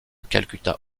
calcutta